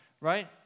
right